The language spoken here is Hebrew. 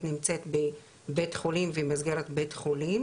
נמצאת בבית-חולים במסגרת בית- חולים,